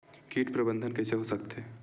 कीट प्रबंधन कइसे हो सकथे?